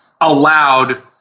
allowed